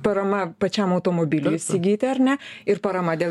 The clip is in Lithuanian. parama pačiam automobiliui įsigyti ar ne ir parama dėl